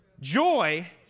Joy